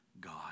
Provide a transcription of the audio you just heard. God